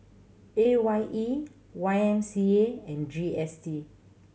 A Y E Y M C A and G S T